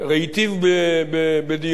ראיתיו בדיונים.